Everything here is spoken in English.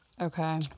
Okay